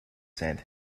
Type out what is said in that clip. sent